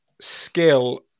skill